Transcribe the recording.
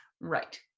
Right